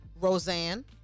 Roseanne